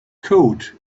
coat